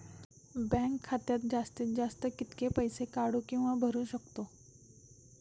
Bank खात्यात जास्तीत जास्त कितके पैसे काढू किव्हा भरू शकतो?